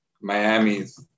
Miami's